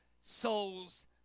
souls